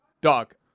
Dog